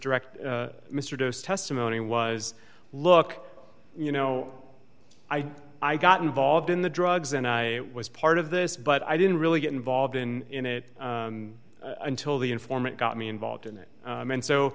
direct mr dos testimony was look you know i i got involved in the drugs and i was part of this but i didn't really get involved in it until the informant got me involved in it and so